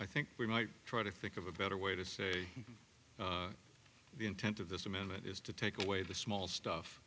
i think we might try to think of a better way to say the intent of this amendment is to take away the small stuff